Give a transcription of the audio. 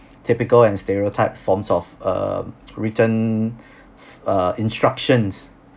typical and stereotype forms of um written uh instructions